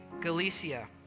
Galicia